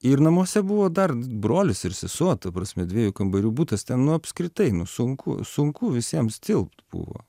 ir namuose buvo dar brolis ir sesuo ta prasme dviejų kambarių butas ten nu apskritai sunku sunku visiems tilpt buvo